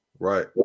Right